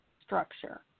structure